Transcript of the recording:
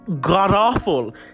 god-awful